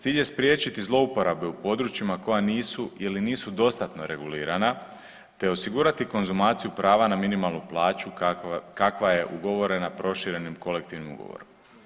Cilj je spriječiti zlouporabe u područjima koja nisu ili nisu dostatno regulirana, te osigurati konzumaciju prava na minimalnu plaću kakva je ugovorena proširenim kolektivnim ugovorom.